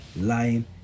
lying